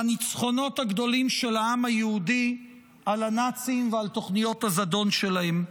הן מהניצחונות הגדולים של העם היהודי על הנאצים ועל תוכניות הזדון שלהם,